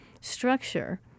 structure